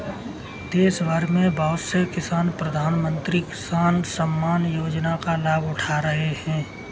देशभर में बहुत से किसान प्रधानमंत्री किसान सम्मान योजना का लाभ उठा रहे हैं